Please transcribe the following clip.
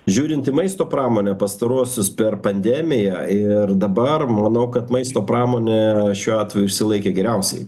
žiūrinti į maisto pramonę pastaruosius per pandemiją ir dabar manau kad maisto pramonė šiuo atveju išsilaikė geriausiai